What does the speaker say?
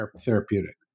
therapeutic